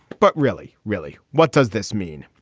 but really, really, what does this mean?